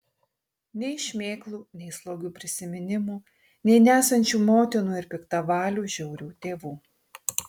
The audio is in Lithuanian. nei šmėklų nei slogių prisiminimų nei nesančių motinų ir piktavalių žiaurių tėvų